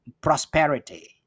prosperity